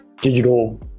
digital